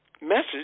message